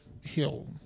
Hill